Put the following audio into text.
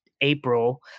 April